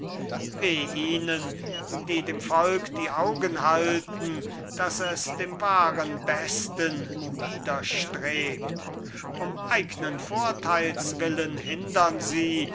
ihnen die dem volk die augen halten dass es dem wahren besten widerstrebt um eignen vorteils willen hindern sie